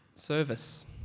service